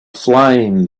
flame